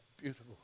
beautiful